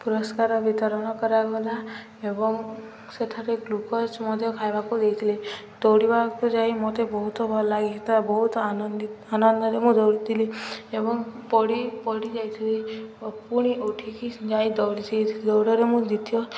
ପୁରସ୍କାର ବିତରଣ କରାଗଲା ଏବଂ ସେଠାରେ ଗ୍ଲୁକୋଜ୍ ମଧ୍ୟ ଖାଇବାକୁ ଦେଇଥିଲେ ଦୌଡ଼ିବାକୁ ଯାଇ ମୋତେ ବହୁତ ଭଲ ଲାଗେ ହେଥା ବହୁତ ଆନନ୍ଦ ଆନନ୍ଦରେ ମୁଁ ଦୌଡ଼ିଥିଲି ଏବଂ ପଡ଼ି ପଡ଼ି ଯାଇଥିଲି ପୁଣି ଉଠିକି ଯାଇ ଦୌଡ଼ି ଦୌଡ଼ରେ ମୁଁ ଦ୍ଵିତୀୟ